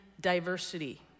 diversity